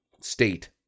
state